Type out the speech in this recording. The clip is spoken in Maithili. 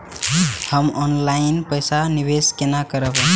हम ऑनलाइन पैसा निवेश केना करब?